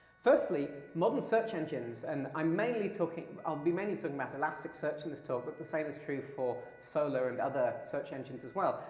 firstly, modern search engines, and i'm mainly talking, i'll be mainly talking about elasticsearch in this talk, but the same is true for solr and other search engines as well,